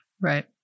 Right